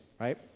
right